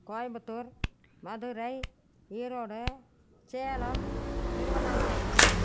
Coimbatore Madurai Erode Salem Tiruvannamalai